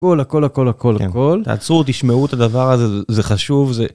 הכל הכל הכל הכל הכל, תעצרו, תשמעו את הדבר הזה, זה חשוב זה